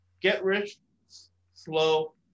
get-rich-slow